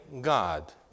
God